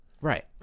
Right